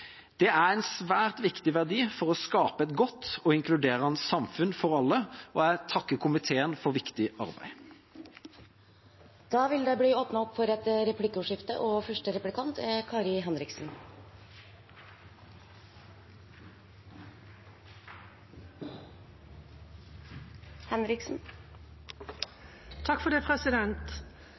Det er en svært viktig verdi for å skape et godt og inkluderende samfunn for alle, og jeg takker komiteen for viktig arbeid. Det blir replikkordskifte. Arbeiderpartiet ønsker å følge tros- og